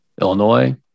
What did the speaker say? Illinois